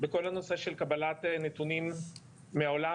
בכל הנושא של קבלת נתונים מהעולם,